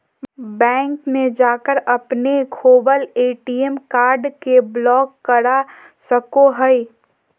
bank में जाकर अपने खोवल ए.टी.एम कार्ड के ब्लॉक करा सको हइ